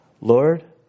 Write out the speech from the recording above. Lord